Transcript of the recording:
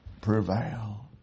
prevail